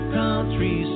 country